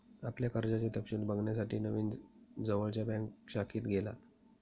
आपल्या कर्जाचे तपशिल बघण्यासाठी नवीन जवळच्या बँक शाखेत गेला